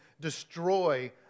destroy